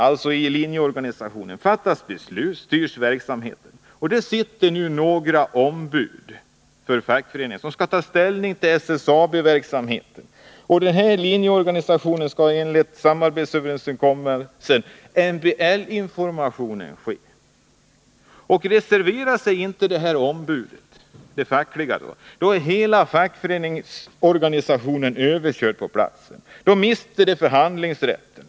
På varje nivå fattas beslut, styrs verksamheten. Där sitter några ombud för facket som skall ta ställning till SSAB:s verksamhet. I 55 linjeorganisationen skall enligt samarbetsöverenskommelsen MBL-information ges. Reserverar sig inte det fackliga ombudet är hela fackföreningsorganisationen på platsen överkörd. Då mister den förhandlingsrätten.